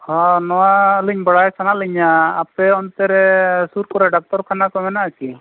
ᱦᱮᱸ ᱱᱚᱣᱟ ᱟᱹᱞᱤᱧ ᱵᱟᱲᱟᱭ ᱥᱟᱱᱟᱭᱮᱫ ᱞᱤᱧᱟ ᱟᱯᱮ ᱚᱱᱛᱮ ᱨᱮ ᱥᱩᱨ ᱠᱚᱨᱮᱜ ᱰᱟᱠᱛᱚᱨ ᱠᱷᱟᱱᱟ ᱠᱚ ᱢᱮᱱᱟᱜᱼᱟ ᱠᱤ